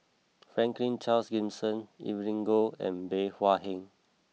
Franklin Charles Gimson Evelyn Goh and Bey Hua Heng